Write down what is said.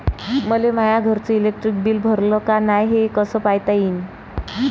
मले माया घरचं इलेक्ट्रिक बिल भरलं का नाय, हे कस पायता येईन?